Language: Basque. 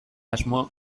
asmo